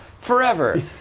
forever